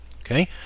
okay